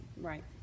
Right